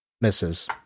misses